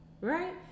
Right